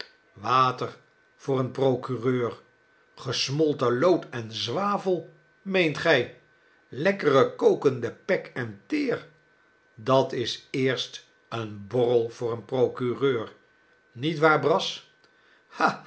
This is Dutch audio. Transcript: water voor een procureur gesmolten lood en zwavel meent gij lekkere kokende pek en teer dat is eerst een borrel voor een procureur niet waar brass